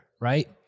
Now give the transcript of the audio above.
right